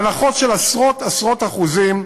וההנחות הן של עשרות-עשרות אחוזים,